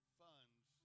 funds